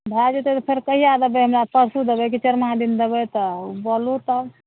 भऽ जेतै तऽ फेर कहिआ देबै हमरा फेर परसू देबै चारिमा दिन देबै तऽ बोलू तब